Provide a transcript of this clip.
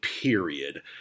period